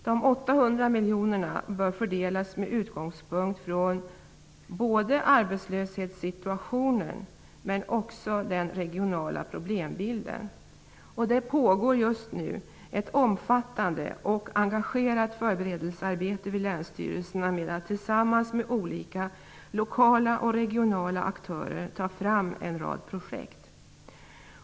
De 800 miljonerna bör fördelas med utgångspunkt från både arbetslöshetssituationen och den regionala problembilden. Just nu pågår ett omfattande och engagerat förberedelsearbete vid länsstyrelserna med att tillsammans med olika lokala och regionala aktörer ta fram en rad projekt.